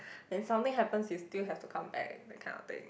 when something happens you still have have to come back that kind of thing